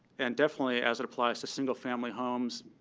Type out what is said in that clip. and definitely as it applies to single family homes